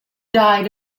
died